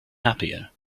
happier